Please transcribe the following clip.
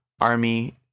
army